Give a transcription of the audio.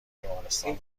بیمارستان